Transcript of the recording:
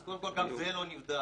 אז קודם כול, גם זה לא נבדק.